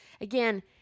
Again